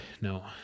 no